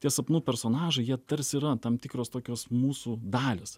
tie sapnų personažai jie tarsi yra tam tikros tokios mūsų dalys